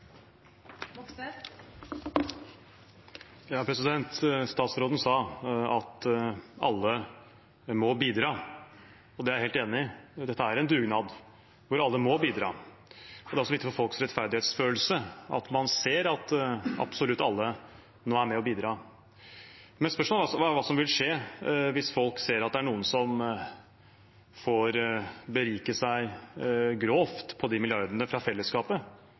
er der. Statsråden sa at alle må bidra, og det er jeg helt enig i. Dette er en dugnad der alle må bidra. Det er også viktig for folks rettferdighetsfølelse at man ser at absolutt alle nå er med og bidrar. Spørsmålet er hva som vil skje hvis folk ser at det er noen som får berike seg grovt på de milliardene fra fellesskapet